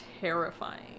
terrifying